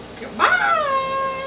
Goodbye